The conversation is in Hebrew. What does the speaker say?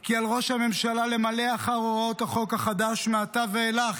כי על ראש הממשלה למלא אחר הוראות החוק החדש מעתה ואילך,